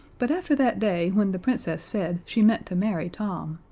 but after that day when the princess said she meant to marry tom,